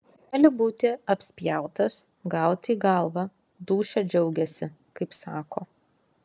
gali būti apspjautas gauti į galvą dūšia džiaugiasi kaip sako